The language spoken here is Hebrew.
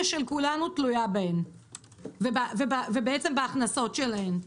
של כולנו תלויה בהן ובהכנסות שלהן.